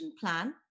plan